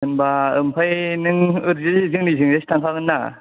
होमबा ओमफाय नों ओरैजाय जोंनि जोंजायसो थांखागोनना